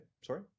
sorry